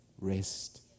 rest